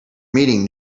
meeting